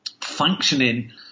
functioning